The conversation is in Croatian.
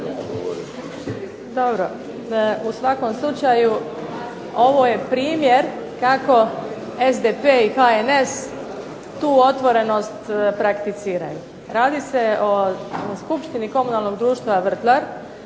U svakom slučaju ovo je primjer kako SDP i HNS tu otvorenost prakticiraju. Radi se o skupštini Komunalnog društva Vrtlar,